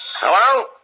Hello